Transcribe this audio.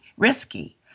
risky